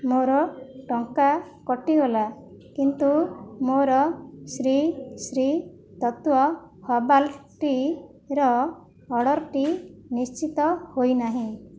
ମୋର ଟଙ୍କା କଟିଗଲା କିନ୍ତୁ ମୋର ଶ୍ରୀ ଶ୍ରୀ ତତ୍ତ୍ଵ ହର୍ବାଲ୍ ଟିର ଅର୍ଡ଼ର୍ଟି ନିଶ୍ଚିତ ହୋଇନାହିଁ